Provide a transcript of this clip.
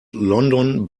london